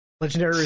Legendary